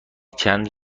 چند